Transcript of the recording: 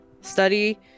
study